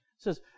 says